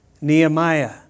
Nehemiah